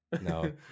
No